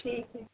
ਠੀਕ ਹੈ ਜੀ